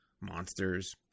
monsters